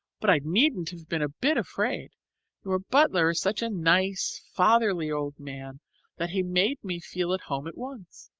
but i needn't have been a bit afraid your butler is such a nice, fatherly old man that he made me feel at home at once.